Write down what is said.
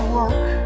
work